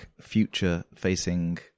future-facing